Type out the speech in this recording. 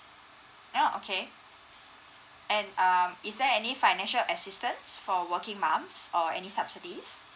oh okay and err is there any financial assistance for working moms or any subsidies